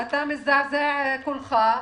אתה מזדעזע כולך.